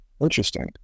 Interesting